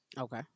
Okay